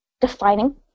defining